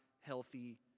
healthy